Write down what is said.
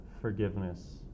forgiveness